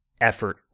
effort